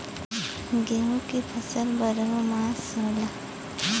गेहूं की फसल बरहो मास होला